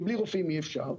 כי בלי רופאים אי-אפשר.